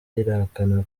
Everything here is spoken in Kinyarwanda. irahakana